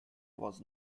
was